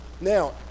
Now